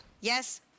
Yes